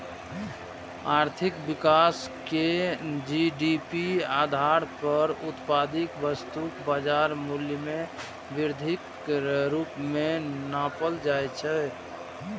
आर्थिक विकास कें जी.डी.पी आधार पर उत्पादित वस्तुक बाजार मूल्य मे वृद्धिक रूप मे नापल जाइ छै